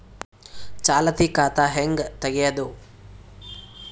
ಚಾಲತಿ ಖಾತಾ ಹೆಂಗ್ ತಗೆಯದು?